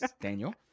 Daniel